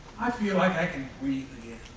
i feel like i can breathe